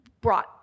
brought